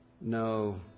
no